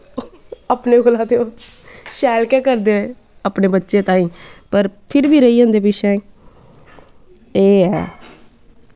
अपने कोला कोला ते शैल गै करदे अपने बच्चें तांई पर फिर बी रेही जंदे पिच्छें एह् ऐ